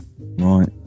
Right